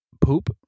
Poop